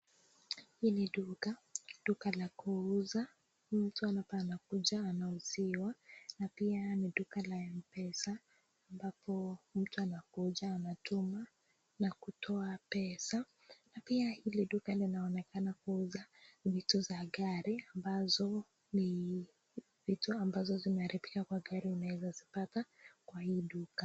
Hii ni duka, duka la kuuza mtu aanakuja anauziwa pia ni duka la mpesa ambapo watu wanakuja na kutoa pesa pia hii duka inaonekana kuuza vitu za gari ambazo ni ni vitu ambazo zimearibika kwa gari unaweza kivipata.